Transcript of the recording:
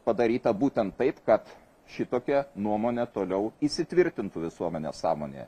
padaryta būtent taip kad šitokia nuomonė toliau įsitvirtintų visuomenės sąmonėje